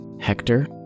Hector